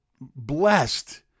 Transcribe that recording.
blessed